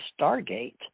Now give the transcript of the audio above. stargate